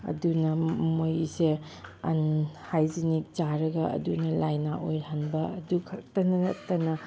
ꯑꯗꯨꯅ ꯃꯣꯏꯁꯦ ꯑꯟꯍꯥꯏꯖꯅꯤꯛ ꯆꯥꯔꯒ ꯑꯗꯨꯅ ꯂꯩꯅꯥ ꯑꯣꯏꯍꯟꯕ ꯑꯗꯨꯈꯛꯇ ꯅꯠꯇꯅ